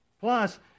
Plus